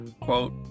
quote